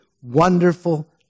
wonderful